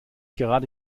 gerade